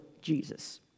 Jesus